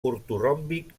ortoròmbic